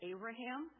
Abraham